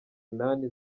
inani